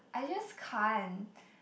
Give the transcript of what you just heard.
I just can't